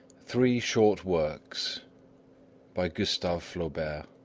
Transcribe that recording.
three short works by gustave flaubert